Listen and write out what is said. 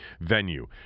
venue